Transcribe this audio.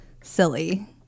silly